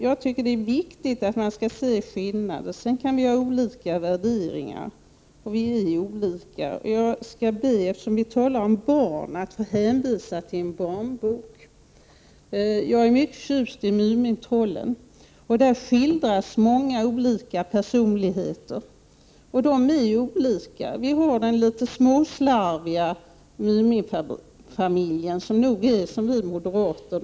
Jag tycker att det är viktigt att se skillnader. Sedan kan vi ha olika värderingar, för vi är olika. Eftersom vi talar om barn, skall jag be att få hänvisa till en barnbok. Jag är mycket förtjust i Mumintrollen. Där skildras många olika personligheter. De är olika. Vi har den litet småslarviga Muminfamiljen, som nog är som vi moderater.